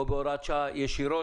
או בהוראת שעה ישירות.